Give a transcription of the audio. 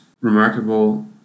remarkable